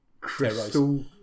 Crystal